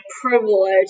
privilege